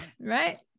right